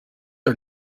are